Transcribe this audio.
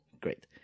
Great